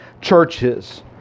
churches